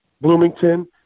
Bloomington